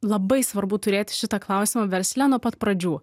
labai svarbu turėti šitą klausimą versle nuo pat pradžių